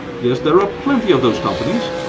yes, there are plenty of those companies,